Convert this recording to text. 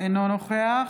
אינו נוכח